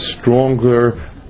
stronger